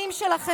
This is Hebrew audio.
"שמד"?